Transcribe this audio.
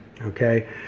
Okay